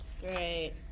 Great